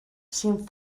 cinc